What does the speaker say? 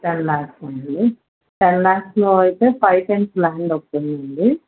ten lakhs అండి ten లాక్స్లో అయితే ఫైవ్ సెంట్స్ లాండ్ ఒకటి ఉందండి